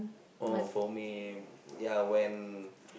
oh for me yeah when